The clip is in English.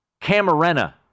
Camarena